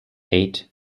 eight